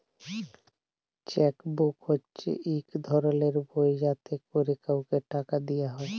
cheque book হছে ইক ধরলের বই যাতে ক্যরে কাউকে টাকা দিয়া হ্যয়